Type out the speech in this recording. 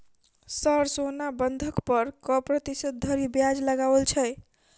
Sir सोना बंधक पर कऽ प्रतिशत धरि ब्याज लगाओल छैय?